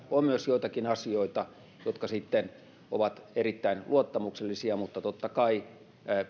on myös joitakin asioita jotka sitten ovat erittäin luottamuksellisia mutta totta kai